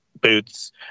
boots